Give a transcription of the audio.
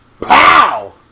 pow